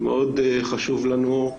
מאוד חשוב לנו.